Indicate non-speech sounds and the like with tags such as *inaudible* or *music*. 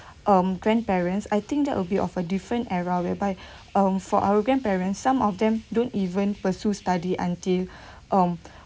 *breath* um grandparents I think that would be of a different era whereby *breath* um for our grandparents some of them don't even pursue study until *breath* um